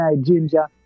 ginger